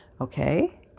Okay